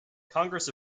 congress